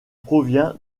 provient